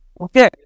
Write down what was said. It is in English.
Okay